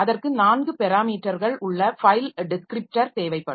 அதற்கு 4 பெராமீட்டர்கள் உள்ள ஃபைல் டெஸ்கிரிப்டர் தேவைப்படும்